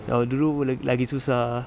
kalau dulu lagi susah